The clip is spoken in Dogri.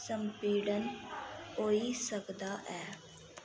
संपीड़न होई सकदा ऐ